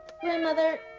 grandmother